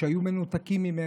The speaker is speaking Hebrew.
שהיו מנותקים ממנה,